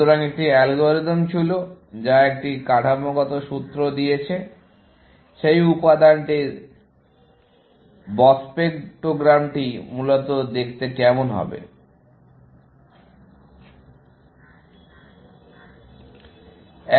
সুতরাং একটি অ্যালগরিদম ছিল যা একটি কাঠামোগত সূত্র দিয়েছে সেই উপাদানটির স্পেকট্রোগ্রামটি মূলত কেমন দেখতে হবে